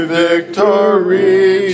victory